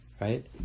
right